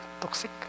toxic